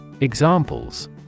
Examples